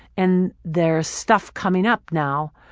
and there's stuff coming up now,